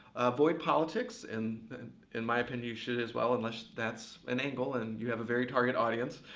avoid politics. and in my opinion, you should as well unless that's an angle and you have a very target audience.